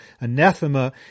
anathema